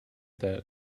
that